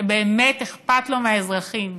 שבאמת אכפת לו מהאזרחים,